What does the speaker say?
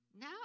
Now